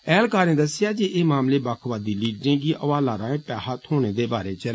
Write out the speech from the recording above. ऐहलकारें दस्सेआ जे एह् मामले बक्खवादी लीडरें गी हवाला राएं पैहा थोहने दे बारे च ऐ